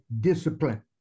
discipline